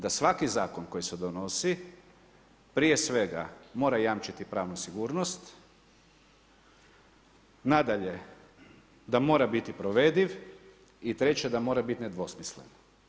Držim da svaki zakon koji se donosi prije svega mora jamčiti pravnu sigurnosti, nadalje da mora biti provediv i treće da mora biti nedvosmislen.